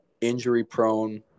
injury-prone